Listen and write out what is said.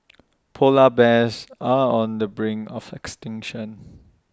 Polar Bears are on the brink of extinction